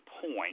point